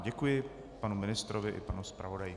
Děkuji panu ministrovi i panu zpravodaji.